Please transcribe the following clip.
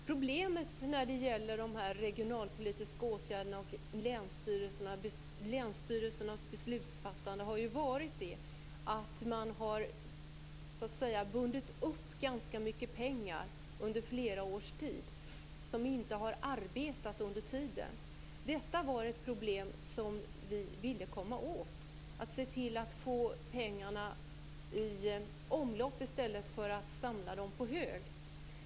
Problemet i fråga om de regionalpolitiska åtgärderna och länsstyrelsernas beslutsfattande har varit att man under flera års tid har bundit upp ganska mycket pengar, som inte har arbetat under tiden. Detta var ett problem som vi ville komma åt. Vi ville se till att få pengarna i omlopp i stället för att de samlades på hög.